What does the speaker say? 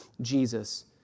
Jesus